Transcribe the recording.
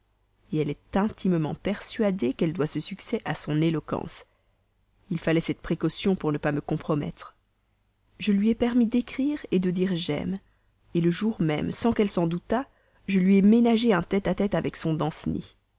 bonnes elle est intimement persuadée qu'elle doit ce succès à son éloquence il fallait cette précaution pour ne me pas compromettre je lui ai permis d'écrire de dire j'aime le même jour sans qu'elle s'en doutât je lui ai ménagé un tête-à-tête avec son danceny